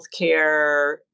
healthcare